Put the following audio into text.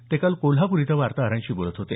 ते काल कोल्हापूर इथं वार्ताहरांशी बोलत होते